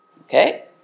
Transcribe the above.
Okay